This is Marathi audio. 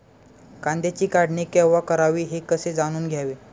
कांद्याची काढणी केव्हा करावी हे कसे जाणून घ्यावे?